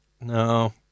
No